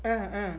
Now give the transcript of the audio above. ah ah